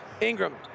Ingram